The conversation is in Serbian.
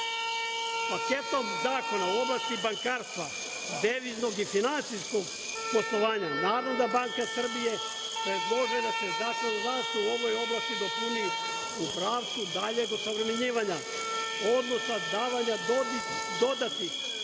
zakona u oblasti bankarstva, deviznog i finansijskog poslovanja Narodna banka Srbije predložila je da se zakon u ovoj oblasti dopuni u pravcu daljeg osavremenjivanja odluka davanja dodatnih